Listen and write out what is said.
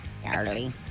Charlie